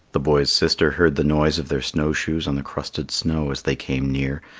the boy's sister heard the noise of their snow shoes on the crusted snow as they came near,